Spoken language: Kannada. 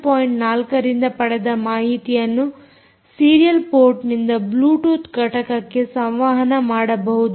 4 ರಿಂದ ಪಡೆದ ಮಾಹಿತಿಯನ್ನು ಸೀರಿಯಲ್ ಪೋರ್ಟ್ನಿಂದ ಬ್ಲೂಟೂತ್ ಘಟಕಕ್ಕೆ ಸಂವಹನ ಮಾಡಬಹುದು